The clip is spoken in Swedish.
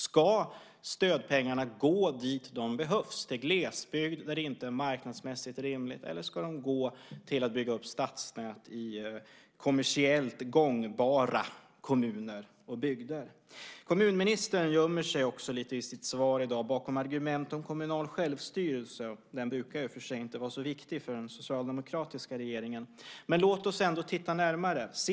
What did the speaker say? Ska stödpengarna gå dit där de behövs, till glesbygd där det inte är marknadsmässigt rimligt, eller ska de gå till att bygga upp stadsnät i kommersiellt gångbara kommuner och bygder? Kommunministern gömmer sig lite i sitt svar i dag bakom argument om kommunal självstyrelse. Den brukar i och för sig inte vara så viktig för den socialdemokratiska regeringen. Men låt oss ändå titta närmare på det.